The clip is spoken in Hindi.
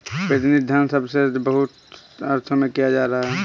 प्रतिनिधि धन शब्द का प्रयोग बहुत से अर्थों में किया जाता रहा है